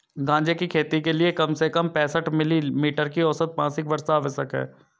गांजे की खेती के लिए कम से कम पैंसठ मिली मीटर की औसत मासिक वर्षा आवश्यक है